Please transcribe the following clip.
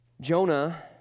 Jonah